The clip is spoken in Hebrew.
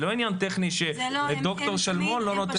זה לא ענין טכני שפרופ' שלמון לא נותן.